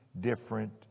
different